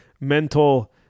mental